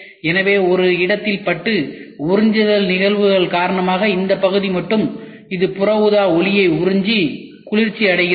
எனவே இது ஒரு இடத்தில் பட்டு உறிஞ்சுதல் நிகழ்வுகள் காரணமாக இந்த பகுதி மட்டும் இது புற ஊதா ஒளியை உறிஞ்சி குளிர்ச்சி அடைகிறது